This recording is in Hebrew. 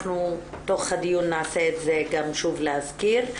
אנחנו תוך הדיון נעשה את זה גם שוב להזכיר.